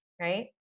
right